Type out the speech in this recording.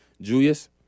Julius